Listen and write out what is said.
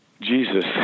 Jesus